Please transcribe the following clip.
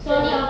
so neat